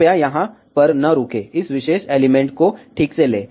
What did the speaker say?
कृपया यहाँ पर न रुकें इस विशेष एलिमेंट को ठीक से लें